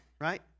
right